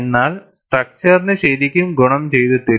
എന്നാൽ സ്ട്രക്ച്ചറിന് ശരിക്കും ഗുണം ചെയ്തിട്ടില്ല